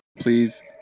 please